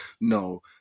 No